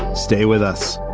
stay with us